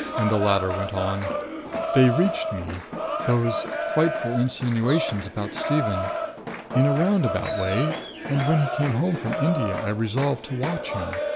and the latter went on they reached me those frightful insinuations about stephen in a round about way and when he came home from india i resolved to watch him.